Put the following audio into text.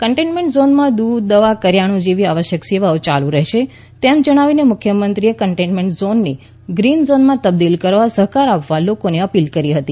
containment ઝોનમાં દૂધદવાકરીયાણું જેવી આવશ્યક સેવાઓ ચાલુ રહેશે તેમ જણાવીને મુખ્યમંત્રીએ કન્ટેનમેન્ટ ઝોનને ગ્રીન ઝોનમાં તબદીલ કરવા સહકાર આપવા લોકોને અપીલ કરી હતી